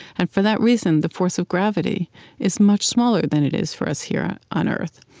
and for that reason, the force of gravity is much smaller than it is for us here on on earth.